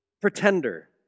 pretender